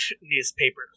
newspaper